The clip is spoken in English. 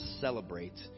celebrate